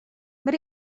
but